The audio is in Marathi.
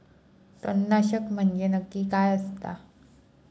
तणनाशक म्हंजे नक्की काय असता?